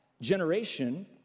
generation